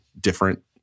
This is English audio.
different